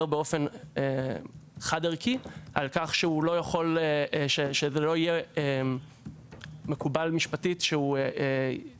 באופן חד ערכי על כך שזה לא יהיה מקובל משפטית שתיסתר